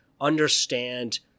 understand